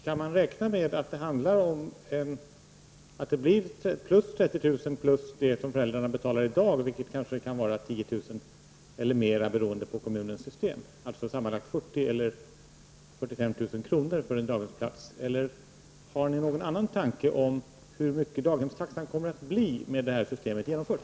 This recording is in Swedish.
Kan man räkna med att det blir 30 000 kr. plus det som föräldrarna betalar i dag, vilket kanske kan vara 10 000 kr. eller mer beroende på kommunens system, alltså sammanlagt 40 000 eller 45 000 kr. för en daghemsplats? Har ni möjligen tänkt något annat om hur daghemstaxan kommer att bli med ert system genomfört?